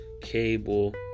cable